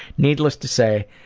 needless to say,